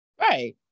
right